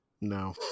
No